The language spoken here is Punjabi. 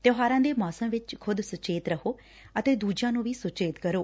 ਤਿਉਹਾਰਾਂ ਦੇ ਮੌਸਮ ਵਿਚ ਖੁਦ ਸੁਚੇਤ ਰਹੋ ਅਤੇ ਦੁਜਿਆਂ ਨੁੰ ਵੀ ਸੁਚੇਤ ਕਰੋ